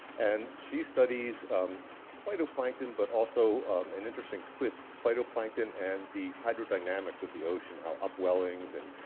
and she studies phytoplankton, but also an interesting twist. phytoplankton and the hydrodynamics of the ocean. how upwellings and